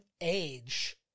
age